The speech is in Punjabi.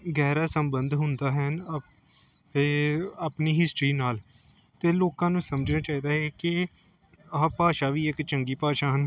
ਗਹਿਰਾ ਸੰਬੰਧ ਹੁੰਦਾ ਹੈਨ ਇਹ ਆਪਣੀ ਹਿਸਟਰੀ ਨਾਲ ਅਤੇ ਲੋਕਾਂ ਨੂੰ ਸਮਝਣਾ ਚਾਹੀਦਾ ਹੈ ਕਿ ਆਹ ਭਾਸ਼ਾ ਵੀ ਇੱਕ ਚੰਗੀ ਭਾਸ਼ਾ ਹਨ